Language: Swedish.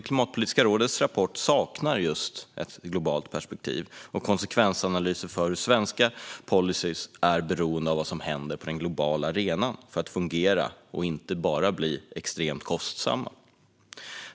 Klimatpolitiska rådets rapport saknar just ett globalt perspektiv och konsekvensanalyser av hur svenska policyer är beroende av vad som händer på den globala arenan för att fungera och inte bara bli extremt kostsamma.